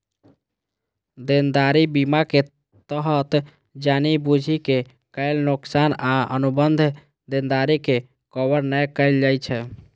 देनदारी बीमा के तहत जानि बूझि के कैल नोकसान आ अनुबंध देनदारी के कवर नै कैल जाइ छै